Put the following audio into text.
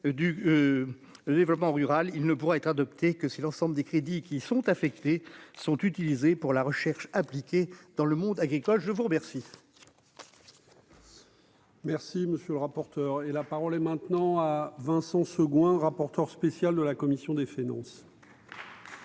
du développement rural, il ne pourra être adopté que si l'ensemble des crédits qui sont affectées sont utilisés pour la recherche appliquée dans le monde agricole, je vous remercie. Merci, monsieur le rapporteur, et la parole est maintenant à Vincent Séguin, rapporteur spécial de la commission des finances.